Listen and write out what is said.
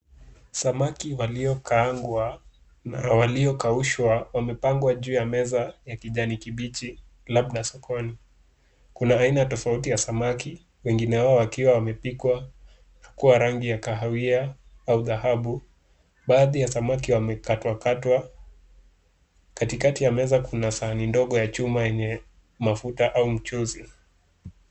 Samaki waliokaangwa na waliokaushwa yamepangwa juu ya meza ya kijani kibichi labda sokoni. Kuna aina tofauti ya samaki, wengine wao wakionekana wakiwa wamepikwa wakiwa rangi ya kahawia au dhahabu. Baadhi ya samaki wamekatwakatwa. Katikatika ya meza kuna sahani ndogo ya chuma yenye mafuta au mchuzi.